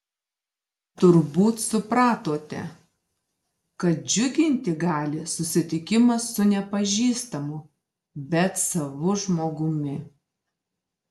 turbūt supratote kad džiuginti gali susitikimas su nepažįstamu bet savu žmogumi